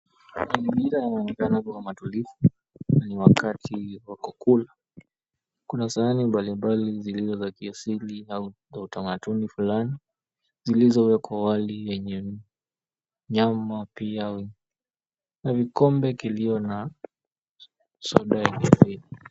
Mazingira yanaonekana kuwa matulivu na ni wakati wa kukula. Kuna sahani mbalimbali zilizo za kiasili au za utamatuni fulani zilizowekwa wali yenye nyama pia na vikombe kilio na soda yenye.